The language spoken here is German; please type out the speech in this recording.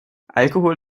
alkohol